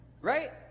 right